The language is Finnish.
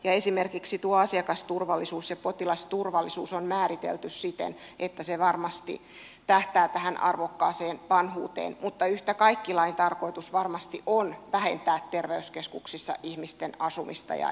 ja esimerkiksi tuo asiakasturvallisuus ja potilasturvallisuus on määritelty siten että se varmasti tähtää tähän arvokkaaseen vanhuuteen mutta yhtä kaikki lain tarkoitus varmasti on vähentää terveyskeskuksissa ihmisten asumista ja elämistä